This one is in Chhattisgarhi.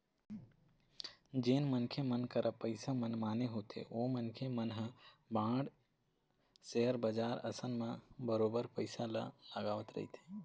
जेन मनखे मन करा पइसा मनमाने होथे ओ मनखे मन ह बांड, सेयर बजार असन म बरोबर पइसा ल लगावत रहिथे